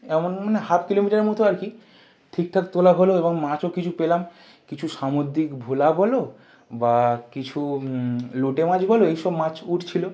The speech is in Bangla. এমন মানে হাফ কিলোমিটারের মতো আর কি ঠিকঠাক তোলা হলো এবং মাছও কিছু পেলাম কিছু সামুদ্রিক ভোলা বলো বা কিছু লটে মাছ বলো এইসব মাছ উঠছিলো